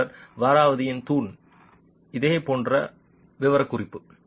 மாணவர் வாராவதித் தூண் இதே போன்ற விவரக்குறிப்பு